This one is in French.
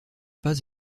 pas